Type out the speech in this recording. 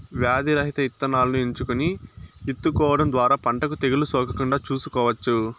వ్యాధి రహిత ఇత్తనాలను ఎంచుకొని ఇత్తుకోవడం ద్వారా పంటకు తెగులు సోకకుండా చూసుకోవచ్చు